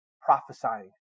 prophesying